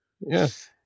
Yes